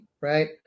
right